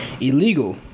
illegal